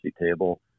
table